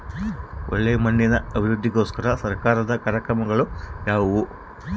ಒಳ್ಳೆ ಮಣ್ಣಿನ ಅಭಿವೃದ್ಧಿಗೋಸ್ಕರ ಸರ್ಕಾರದ ಕಾರ್ಯಕ್ರಮಗಳು ಯಾವುವು?